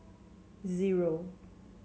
zero